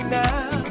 now